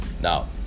Now